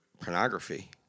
pornography